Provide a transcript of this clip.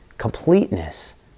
completeness